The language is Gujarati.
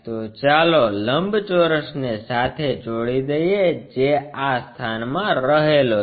તો ચાલો લંબચોરસ ને સાથે જોડી દઈએ જે આ સ્થાનમાં રહેલો છે